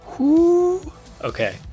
Okay